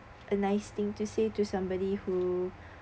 a nice thing to say to somebody who